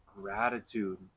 gratitude